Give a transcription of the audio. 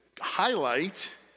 highlight